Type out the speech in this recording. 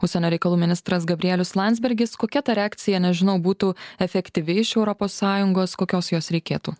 užsienio reikalų ministras gabrielius landsbergis kokia ta reakcija nežinau būtų efektyvi iš europos sąjungos kokios jos reikėtų